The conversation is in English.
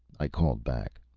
i called back.